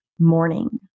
morning